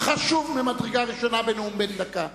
חשוב ממדרגה ראשונה בנאום בן דקה.